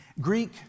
greek